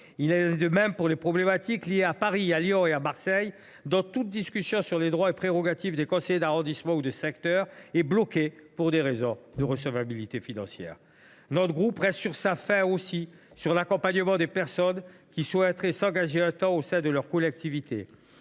Il en va de même pour les problématiques liées à Paris, Lyon ou Marseille, à propos desquelles toute discussion sur les droits et prérogatives des conseillers d’arrondissement ou de secteur est bloquée pour des raisons de recevabilité financière. En outre, notre groupe reste sur sa faim s’agissant de l’accompagnement des personnes qui souhaiteraient s’engager un temps au sein de leur collectivité.